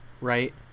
right